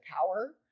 power